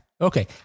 Okay